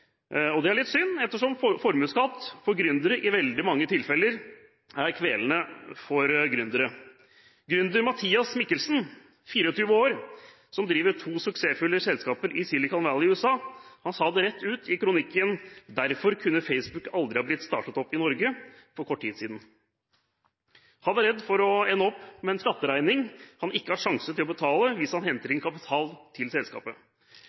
Og det er litt synd, ettersom formuesskatt for gründere i veldig mange tilfeller er kvelende. Gründer Mathias Mikkelsen, 24 år, som driver to suksessfulle selskaper i Silicon Valley i USA, sa for kort tid siden rett ut i kronikken «Derfor kunne Facebook aldri ha blitt startet opp i Norge», at han er redd for å ende opp med en skatteregning han ikke har sjanse til å betale hvis han henter inn kapital til selskapet.